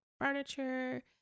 furniture